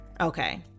Okay